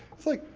it's like,